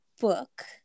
book